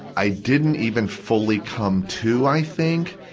i didn't even fully come to, i think.